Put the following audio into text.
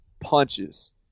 punches